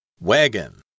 Wagon